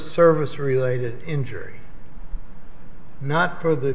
service related injury not per the